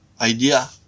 idea